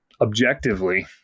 objectively